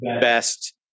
best